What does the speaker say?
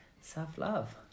self-love